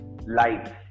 life